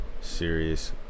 series